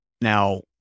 Now